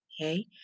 Okay